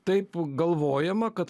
taip galvojama kad